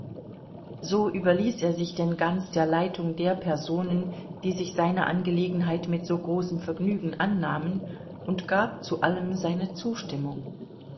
so überließ er sich denn ganz der leitung der personen die sich seiner angelegenheit mit so großem vergnügen annahmen und gab zu allem seine zustimmung